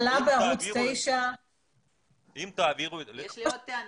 הוא עלה בערוץ 9. יש לי עוד טענה,